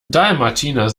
dalmatiner